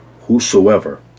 whosoever